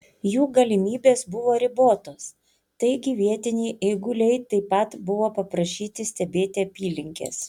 jų galimybės buvo ribotos taigi vietiniai eiguliai taip pat buvo paprašyti stebėti apylinkes